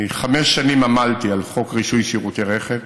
אני חמש שנים עמלתי על חוק רישוי שירותי רכב,